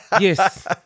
Yes